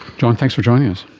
john, thanks for joining us.